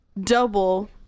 double